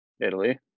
italy